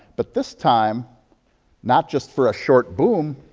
but this time not just for a short boom,